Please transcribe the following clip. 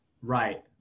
Right